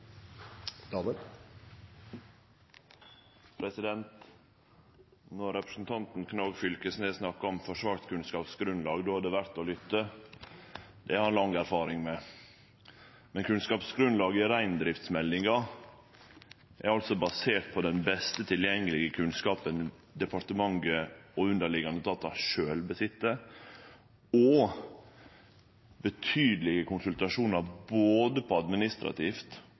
det verdt å lytte. Det har han lang erfaring med. Men kunnskapsgrunnlaget i reindriftsmeldinga er basert på den beste tilgjengelege kunnskapen departementet og underliggjande etatar sjølve har, og på betydelege konsultasjonar på både administrativt